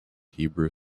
hebrew